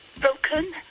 broken